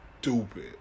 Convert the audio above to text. stupid